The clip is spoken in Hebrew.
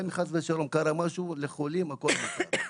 אם חס ושלום קרה משהו לחולים, הכול מותר.